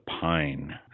Pine